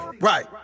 Right